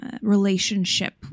relationship